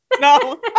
No